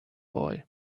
boy